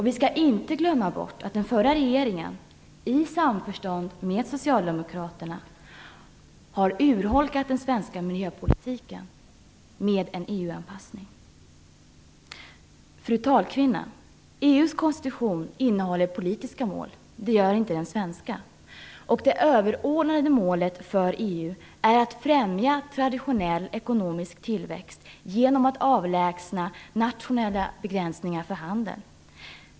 Vi skall inte glömma bort att den förra regeringen i samförstånd med Socialdemokraterna har urholkat den svenska miljöpolitiken med en EU EU:s konstitution innehåller politiska mål. Det gör inte den svenska. Det överordnade målet för EU är att främja traditionell ekonomisk tillväxt genom att avlägsna nationella begränsningar för handeln.